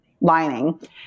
lining